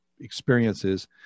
experiences